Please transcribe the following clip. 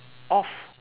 off